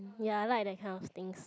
ya I like that kind of things